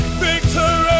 victory